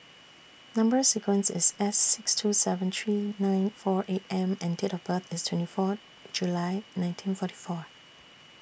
Number sequence IS S six two seven three nine four eight M and Date of birth IS twenty four July nineteen forty four